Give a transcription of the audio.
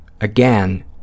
again